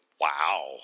Wow